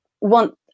want